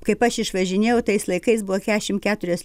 kaip aš išvažinėjau tais laikais buvo keturiasdešimt keturios